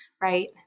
Right